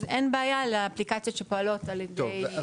אז אין בעיה לאפליקציות שפועלות על ידי --- טוב,